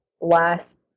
last